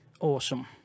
Awesome